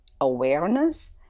awareness